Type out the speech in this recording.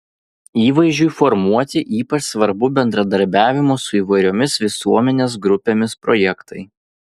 įvaizdžiui formuoti ypač svarbu bendradarbiavimo su įvairiomis visuomenės grupėmis projektai